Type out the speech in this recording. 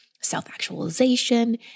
self-actualization